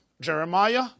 Jeremiah